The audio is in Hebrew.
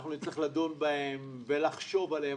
אנחנו נצטרך לדון בהם ולחשוב עליהם,